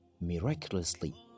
miraculously